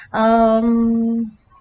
um